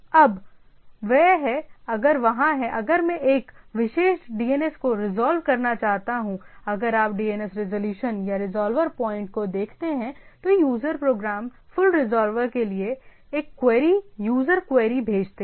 अब वे हैं अगर वहाँ हैं अगर मैं एक विशेष DNS को रिजॉल्व करना चाहता हूं अगर आप DNS रिज़ॉल्यूशन या रिज़ॉल्वर पॉइंट को देखते हैं तो यूजर प्रोग्राम फुल रिज़ॉल्वर के लिए एक क्वेरी यूजर क्वेरी भेजते हैं